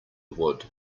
wood